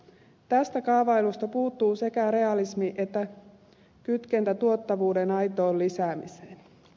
tästä kaavailusta puuttuu sekä realismi että kytkentä tuottavuuden aitoon lisäämiseen